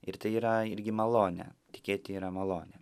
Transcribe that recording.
ir tai yra irgi malonė tikėti yra malonė